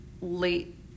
late